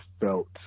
felt